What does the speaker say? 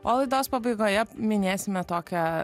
o laidos pabaigoje minėsime tokią